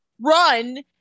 run